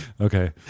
Okay